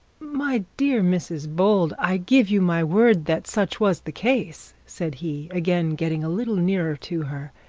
my dear mrs bold, i give you my word that such was the case said he, again getting a little nearer to her.